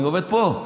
אני עובד פה.